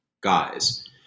guys